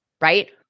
right